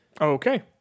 Okay